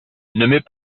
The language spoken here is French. mets